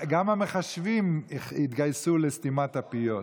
גם המחשבים התגייסו לסתימת הפיות.